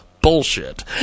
bullshit